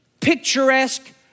picturesque